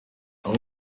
amwe